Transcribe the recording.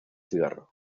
cigarro